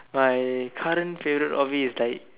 my current favourite hobby is like